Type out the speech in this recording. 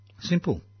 simple